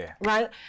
right